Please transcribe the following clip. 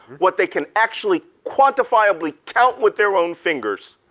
what they can actually quantifiably count with their own fingers,